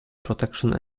protection